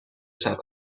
شوند